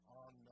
on